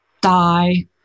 die